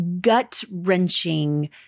gut-wrenching